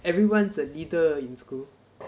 everyone's a leader in school